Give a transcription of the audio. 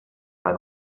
fan